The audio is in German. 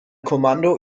kommando